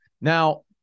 Now